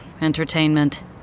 entertainment